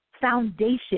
foundation